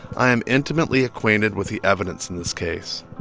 i am intimately acquainted with the evidence in this case.